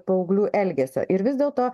paauglių elgesio ir vis dėlto